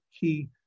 key